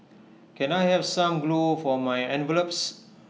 can I have some glue for my envelopes